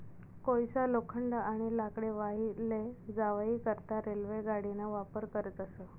कोयसा, लोखंड, आणि लाकडे वाही लै जावाई करता रेल्वे गाडीना वापर करतस